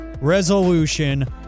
resolution